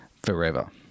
forever